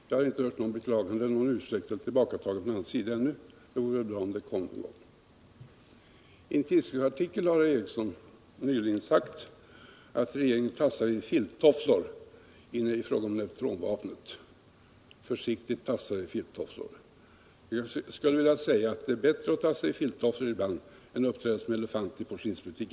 Jag har inte hört något beklagande, någon ursäkt eller något tillbakatagande från hans sida ännu. Det vore bra om det kom. I en udningsaruikel nyligen har herr Ericson sagt att regeringen försiktigt tassar I filuofflor i fråga om neutronvapnet. Jag skulle vilja säga alt det är bättre au tassa I filttofflor ibland än att uppträda som elefant i porslinsbutik.